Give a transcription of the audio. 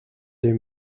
les